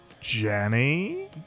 Jenny